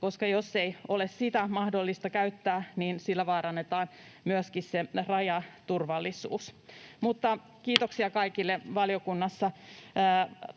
koska jos sitä ei ole mahdollista käyttää, niin sillä vaarannetaan myöskin se rajaturvallisuus. Kiitoksia